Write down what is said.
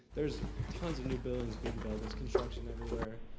there's tons of new buildings being built, there's construction everywhere.